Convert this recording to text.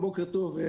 שלום, בוקר טוב.